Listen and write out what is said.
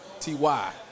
TY